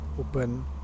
open